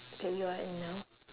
that you are in now